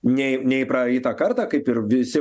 nei nei praeitą kartą kaip ir visi